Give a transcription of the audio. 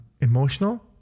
emotional